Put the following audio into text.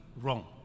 wrong